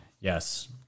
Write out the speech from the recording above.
Yes